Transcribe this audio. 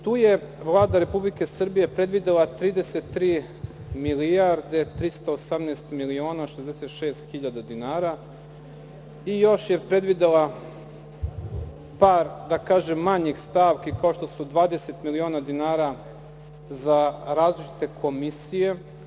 Tu je Vlada Republike Srbije predvidela 33 milijarde 318 miliona 66 hiljada dinara i još je predvidela par, da kažem manjih stavki kao što su 20 miliona dinara za različite komisije.